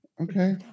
Okay